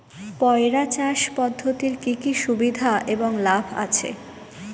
পয়রা চাষ পদ্ধতির কি কি সুবিধা এবং লাভ আছে?